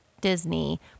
Disney